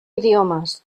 idiomes